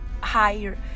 higher